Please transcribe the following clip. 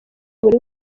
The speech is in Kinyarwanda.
buri